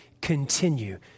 continue